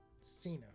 Cena